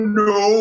no